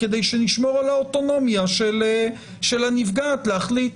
כדי שנשמור על האוטונומיה של הנפגעת להחליט?